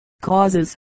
Causes